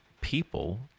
people